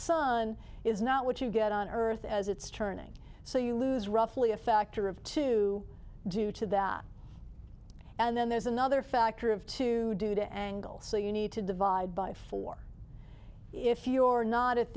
sun is not what you get on earth as it's turning so you lose roughly a factor of two due to that and then there's another factor of two due to angles so you need to divide by four if your not at